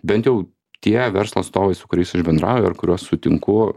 bent jau tie verslo atstovai su kuriais aš bendrauju ir kuriuos sutinku